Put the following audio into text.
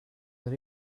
that